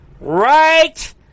Right